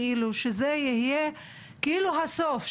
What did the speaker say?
שזה יהיה הסוף,